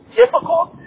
difficult